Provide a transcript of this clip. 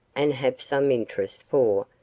and have some interest for,